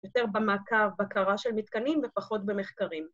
יותר במעקב, בקרה של מתקנים ופחות במחקרים.